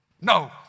No